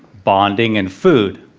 bonding and food.